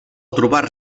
trobar